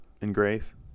engrave